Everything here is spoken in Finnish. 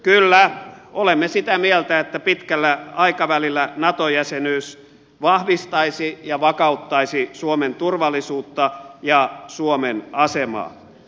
kyllä olemme sitä mieltä että pitkällä aikavälillä nato jäsenyys vahvistaisi ja vakauttaisi suomen turvallisuutta ja suomen asemaa